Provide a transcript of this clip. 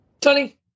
Tony